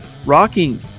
Rocking